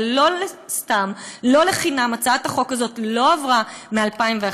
ולא סתם, לא לחינם הצעת החוק הזאת לא עברה מ-2011.